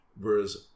Whereas